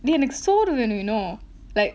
eh எனக்கு சோறு வேணு:enakku soru venu you know like